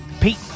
Pete